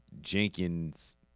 Jenkins